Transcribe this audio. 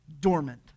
dormant